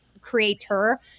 creator